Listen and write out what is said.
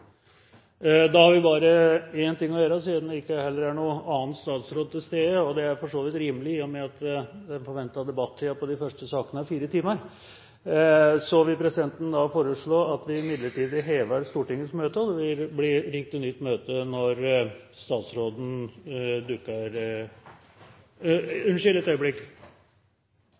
Da er det bare én ting å gjøre, siden det ikke er noen annen statsråd til stede – som for så vidt er rimelig, i og med at forventet debattid på de første sakene er fire timer. Presidenten vil foreslå at vi midlertidig avbryter Stortingets møte, og at det vil bli ringt til møte igjen når statsråden dukker